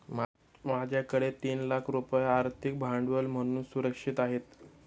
माझ्याकडे तीन लाख रुपये आर्थिक भांडवल म्हणून सुरक्षित आहेत